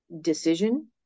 decision